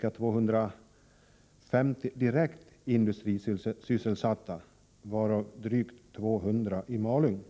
ca 250 direkt industrisysselsatta, varav drygt 200 i Malung.